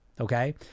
okay